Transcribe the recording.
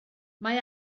mae